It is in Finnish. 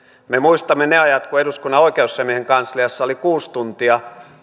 me muistamme ne ajat kun eduskunnan oikeusasiamiehen kansliassa työaika oli kuusi tuntia